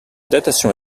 datation